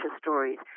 stories